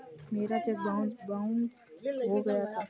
मेरा cheque bounce हो गया था